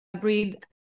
breed